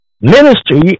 Ministry